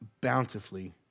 bountifully